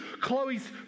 Chloe's